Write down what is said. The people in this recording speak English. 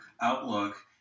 outlook